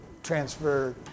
transfer